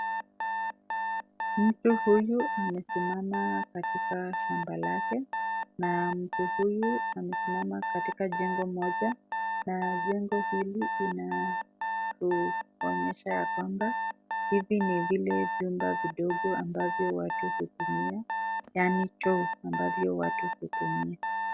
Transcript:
Mtu huyu amesimama katika shamba lake na mtu huyu amesimama katika jengo moja na jengo hili linatuonyesha ya kwamba hivi ni vile vyumba vidogo ambavyo watu hutumia, yaani choo ambavyo watu hutumia.